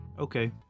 okay